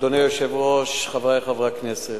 אדוני היושב-ראש, חברי חברי הכנסת,